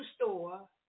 store